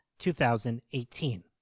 2018